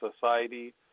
society